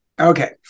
Okay